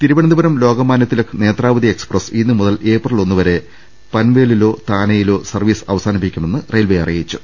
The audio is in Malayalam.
തിരുവനന്തപുരം ലോക്മാന്യതിലക് നേത്രാവതി എക്സ്പ്രസ് ഇന്നു മുതൽ ഏപ്രിൽ ഒന്നുവരെ പൻവേലിലോ താനെയിലോ സർവീസ് അവ സാനിപ്പിക്കുമെന്ന് റെയിൽവേ അറിയിച്ചു